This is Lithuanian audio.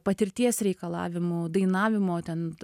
patirties reikalavimų dainavimo ten